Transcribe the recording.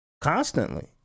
constantly